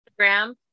Instagram